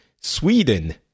sweden